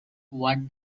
what